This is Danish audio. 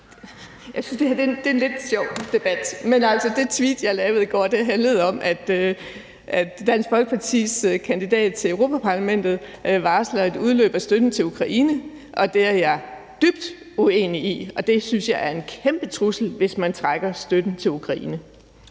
Jeg synes, det her er en lidt sjov debat. Men altså, det tweet, jeg lavede i går, handlede om, at Dansk Folkepartis kandidat til Europa-Parlamentet varsler et udløb af støtten til Ukraine, og det er jeg dybt uenig i. Jeg synes, det er en kæmpe trussel, hvis man trækker støtten til Ukraine.